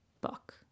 book